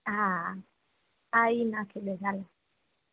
હા હા હા એ નાખી દઈશ હા